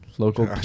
Local